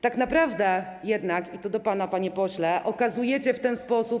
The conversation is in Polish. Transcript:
Tak naprawdę jednak - i to do pana, panie pośle, okazujecie w ten sposób.